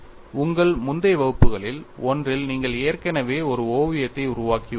உங்கள் முந்தைய வகுப்புகளில் ஒன்றில் நீங்கள் ஏற்கனவே ஒரு ஓவியத்தை உருவாக்கியுள்ளீர்கள்